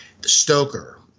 Stoker